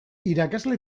irakasle